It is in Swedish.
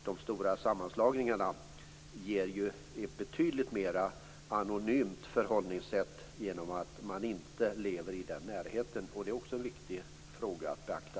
De stora sammanslagningarna ger ett betydligt mer anonymt förhållningssätt genom att de inte lever i den närheten. Det är också en viktig fråga att beakta.